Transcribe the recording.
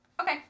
Okay